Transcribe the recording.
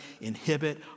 inhibit